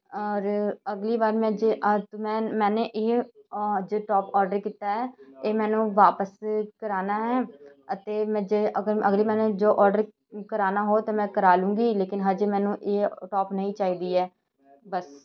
ਔਰ ਅਗਲੀ ਵਾਰ ਮੈਂ ਜੇ ਅੱਜ ਮੈਂ ਮੈਨੇ ਇਹ ਜੇ ਟੋਪ ਔਡਰ ਕੀਤਾ ਹੈ ਇਹ ਮੈਨੂੰ ਵਾਪਸ ਕਰਾਉਣਾ ਹੈ ਅਤੇ ਮੈਂ ਜੇ ਅਗਰ ਅਗਲੀ ਮੈਨੇ ਜੋ ਔਡਰ ਕਰਾਉਣਾ ਹੋ ਤਾਂ ਮੈਂ ਕਰਾ ਲੂਗੀ ਲੇਕਿਨ ਹਜੇ ਮੈਨੂੰ ਇਹ ਟੋਪ ਨਹੀਂ ਚਾਹੀਦੀ ਹੈ ਬਸ